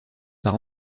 par